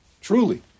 truly